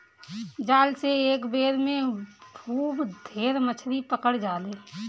जाल से एक बेर में खूब ढेर मछरी पकड़ा जाले